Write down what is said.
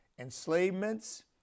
enslavements